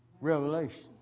Revelation